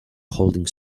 holding